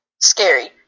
Scary